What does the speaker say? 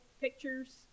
pictures